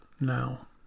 now